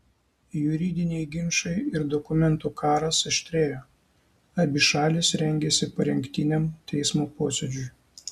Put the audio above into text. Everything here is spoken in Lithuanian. juridiniai ginčai ir dokumentų karas aštrėjo abi šalys rengėsi parengtiniam teismo posėdžiui